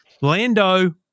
Lando